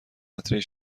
قطرهای